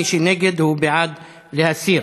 מי שנגד הוא בעד להסיר.